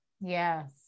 Yes